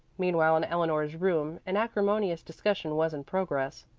meanwhile in eleanor's room an acrimonious discussion was in progress.